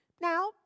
Now